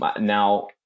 now